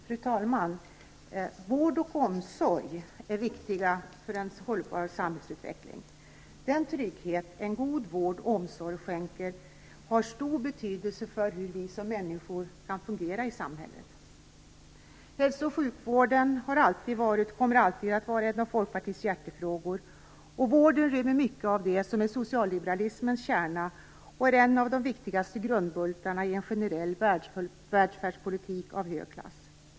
Fru talman! Vård och omsorg är viktiga för en hållbar samhällsutveckling. Den trygghet en god vård och omsorg skänker har stor betydelse för hur vi som människor kan fungera i samhället. Hälso och sjukvården har alltid varit och kommer alltid att vara en av Folkpartiets hjärtefrågor. Vården rymmer mycket av det som är socialliberalismens kärna. Den är en av de viktigaste grundbultarna i en generell välfärdspolitik av hög klass.